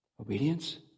Obedience